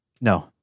No